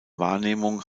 wahrnehmung